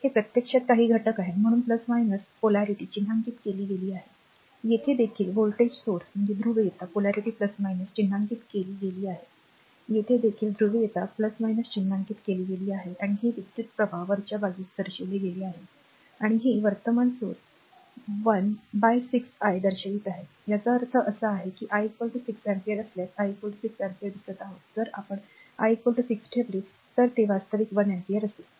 हे प्रत्यक्षात काही घटक आहे म्हणून ध्रुवपणा चिन्हांकित केला गेला आहे येथे देखील व्होल्टेज स्त्रोत ध्रुवीयता चिन्हांकित केले गेले आहे येथे देखील ध्रुवीयता चिन्हांकित केले गेले आहे आणि हे विद्युत् प्रवाह वरच्या बाजूस दर्शविले गेले आहे आणि हे वर्तमान स्त्रोत 1 6I दर्शवित आहे याचा अर्थ असा की येथे I 6 अँपिअर असल्यास I 6 अँपिअर दिसत आहोत जर आपण I 6 ठेवले तर ते वास्तविक 1 अँपिअर असेल